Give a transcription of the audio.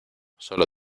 solo